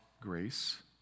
grace